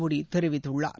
மோடிதெரிவித்துள்ளார்